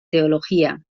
teología